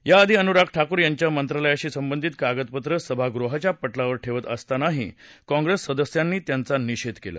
याआधी अनुराग ठाकूर त्यांच्या मंत्रालयाशी संबंधित कागदपत्र सभागृहाच्या पटलावर ठेवत असतानाही काँप्रेसच्या सदस्यांनी त्यांचा निषेध केला